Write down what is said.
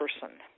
person